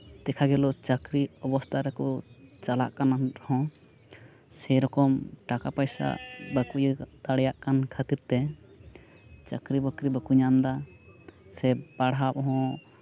ᱫᱮᱠᱷᱟ ᱜᱮᱞᱚ ᱪᱟᱠᱨᱤ ᱚᱵᱚᱥᱛᱟ ᱨᱮᱠᱚ ᱪᱟᱞᱟᱜ ᱠᱟᱱ ᱨᱮᱦᱚᱸ ᱥᱮᱨᱚᱠᱚᱢ ᱴᱟᱠᱟ ᱯᱟᱭᱥᱟ ᱵᱟᱠᱚ ᱤᱭᱟᱹ ᱫᱟᱲᱮᱭᱟᱜ ᱠᱟᱱ ᱠᱷᱟᱹᱛᱤᱨ ᱛᱮ ᱪᱟᱠᱨᱤᱼᱵᱟᱠᱨᱤ ᱵᱟᱠᱚ ᱧᱟᱢ ᱮᱫᱟ ᱥᱮ ᱯᱟᱲᱦᱟᱣ ᱠᱚᱦᱚᱸ